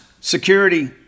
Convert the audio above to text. Security